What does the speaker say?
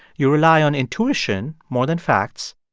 you rely on intuition more than facts,